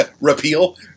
repeal